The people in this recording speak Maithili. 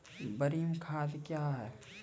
बरमी खाद कया हैं?